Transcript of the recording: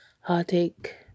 heartache